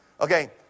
Okay